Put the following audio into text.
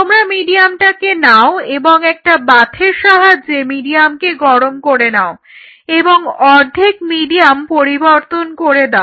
তোমরা মিডিয়ামটাকে নাও এবং একটা বাথের সাহায্যে মিডিয়ামকে গরম করে নাও এবং অর্ধেক মিডিয়াম পরিবর্তন করে দাও